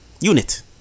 unit